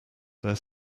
their